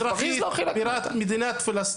וירושלים המזרחית תהיה בירת פלסטין.